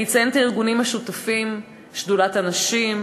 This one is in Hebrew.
אני אציין את הארגונים השותפים: שדולת הנשים,